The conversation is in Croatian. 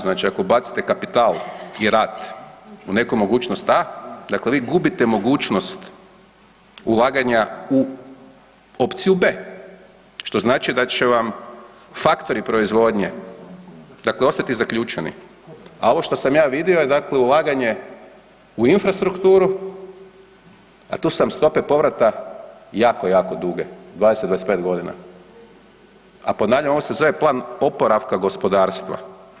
Znači ako ubacite kapital i rad u neku mogućnost A dakle vi gubite mogućnost ulaganja u opciju B, što znači da će vam faktori proizvodnje ostati zaključani, a ovo što sam ja vidio je ulaganje u infrastrukturu, a tu su vam stope povrata jako, jako duge, 20, 25 godina, a ponavljam, ovo se zove plan oporavka gospodarstva.